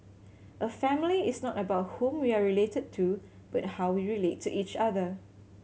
a family is not about whom we are related to but how we relate to each other